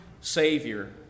Savior